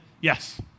yes